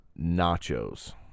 nachos